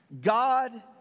God